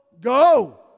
go